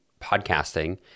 podcasting